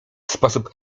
sposób